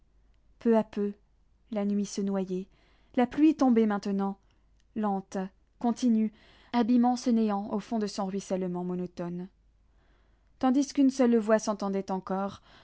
peu à peu la nuit se noyait la pluie tombait maintenant lente continue abîmant ce néant au fond de son ruissellement monotone tandis qu'une seule voix s'entendait encore